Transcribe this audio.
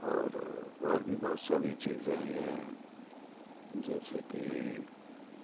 اور اور بھی بہت ساری چیزیں ہیں جیسے کہ